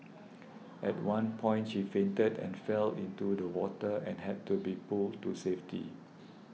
at one point she fainted and fell into the water and had to be pulled to safety